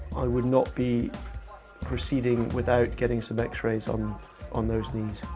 i would not be proceeding without getting some x-rays on on those knees.